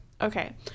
Okay